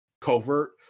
Covert